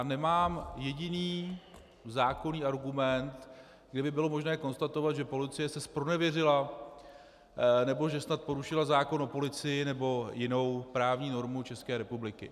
Nemám jediný zákonný argument, kde by bylo možné konstatovat, že se policie zpronevěřila nebo že snad porušila zákon o policii nebo jinou právní normu České republiky.